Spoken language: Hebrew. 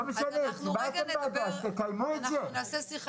תקיימו את זה.